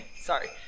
Sorry